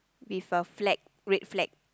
with a flag red flag